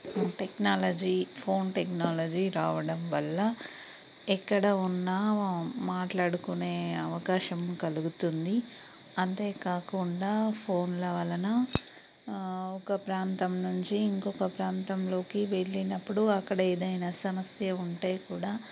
technology phone technology రావడం వల్ల ఎక్కడ ఉన్నా మాట్లాడుకునే అవకాశం కలుగుతుంది అంతేకాకుండా ఫోన్ల వలన ఒక ప్రాంతం నుంచి ఇంకొక ప్రాంతంలోకి వెళ్ళినప్పుడు అక్కడ ఏదైనా సమస్య ఉంటే కూడా